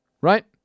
right